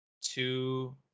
two